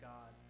God